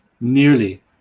nearly